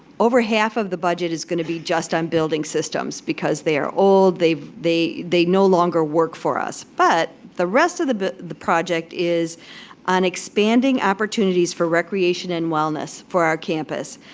over half of the budget is gonna be just on building systems because they are old, they they no longer work for us. but the rest of the but the project is on expanding opportunities for recreation and wellness for our campus.